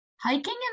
Hiking